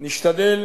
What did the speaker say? נשתדל